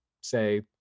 say